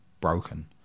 broken